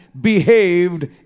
behaved